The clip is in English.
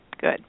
Good